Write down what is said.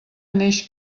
neix